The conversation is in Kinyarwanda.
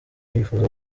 yifuza